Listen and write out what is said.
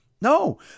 No